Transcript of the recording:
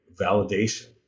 validation